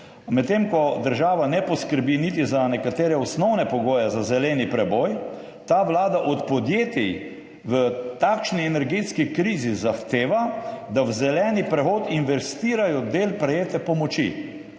Medtem ko država ne poskrbi niti za nekatere osnovne pogoje za zeleni preboj, Vlada od podjetij v takšni energetski krizi zahteva, da v zeleni prehod investirajo del prejete pomoči.